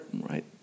right